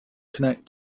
connect